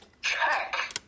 check